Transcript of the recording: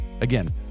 Again